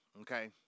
okay